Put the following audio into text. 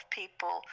people